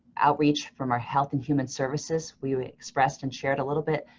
outreach from our health and human services, we we expressed and shared a little bit,